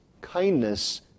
kindness